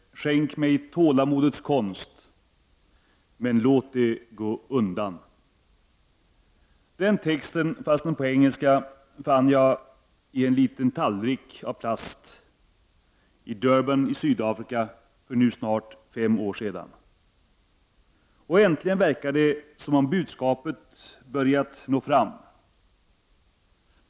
Herr talman! ”Herre, skänk mig tålamodets konst, men låt det gå undan!” Denna text, fastän på engelska, fann jag på en liten tallrik av plast i Durban i Sydafrika för nu snart fem år sedan. Och äntligen verkar det som om också sista hälften av bönen börjat nå fram.